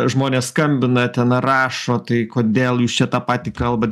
žmonės skambina ten rašo tai kodėl jūs čia tą patį kalbat